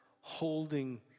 holding